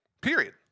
Period